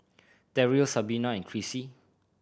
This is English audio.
Terrill Sabina Krissy